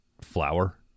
flower